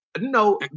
No